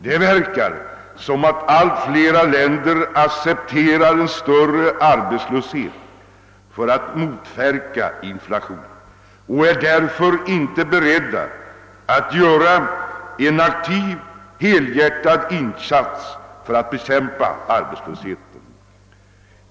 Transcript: Det verkar som om allt flera länder accepterar en större arbetslöshet för att motverka inflationen och därför inte är beredda att göra en aktiv, helhjärtad insats för att bekämpa arbetslösheten.